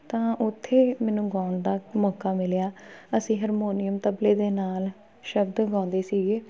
ਤਾਂ ਉੱਥੇ ਮੈਨੂੰ ਗਾਉਣ ਦਾ ਮੌਕਾ ਮਿਲਿਆ ਅਸੀਂ ਹਾਰਮੋਨੀਅਮ ਤਬਲੇ ਦੇ ਨਾਲ ਸ਼ਬਦ ਗਾਉਂਦੇ ਸੀਗੇ